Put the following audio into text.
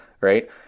Right